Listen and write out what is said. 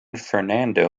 fernando